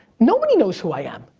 nobody knows who i am!